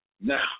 Now